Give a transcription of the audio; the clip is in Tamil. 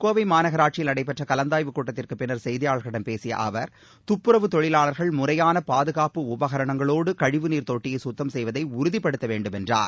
கோவை மாநகராட்சியில் நடைபெற்ற கலந்தாய்வு கூட்டத்திற்குப் பின்னர் நேற்று செய்தியாளர்களிடம் பேசிய அவர் துப்புறவு தொழிலாளர்கள் முறையான பாதுகாப்பு உபகரணங்களோடு கழிவுநீர் தொட்டியை சுத்தம் செய்வதை உறுதிபடுத்த வேண்டும் என்றார்